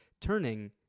turning